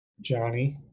johnny